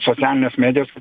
socialinės medijos